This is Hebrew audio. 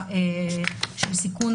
אנחנו,